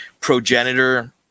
progenitor